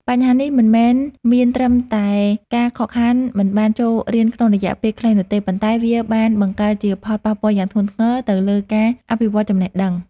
បញ្ហានេះមិនមែនមានត្រឹមតែការខកខានមិនបានចូលរៀនក្នុងរយៈពេលខ្លីនោះទេ ប៉ុន្តែវាបានបង្កើតជាផលប៉ះពាល់យ៉ាងធ្ងន់ធ្ងរទៅលើការអភិវឌ្ឍចំណេះដឹង។